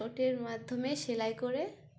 ঠোটের মাধ্যমে সেলাই করে